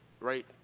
Right